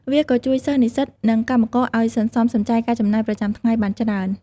វាក៏ជួយសិស្ស និស្សិត និងកម្មករឱ្យសន្សំសំចៃការចំណាយប្រចាំថ្ងៃបានច្រើន។